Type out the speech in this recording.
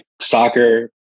soccer